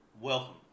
welcome